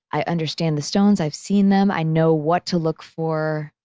i understand the stones. i've seen them. i know what to look for.